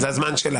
זה הזמן שלה.